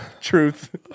Truth